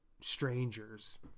strangers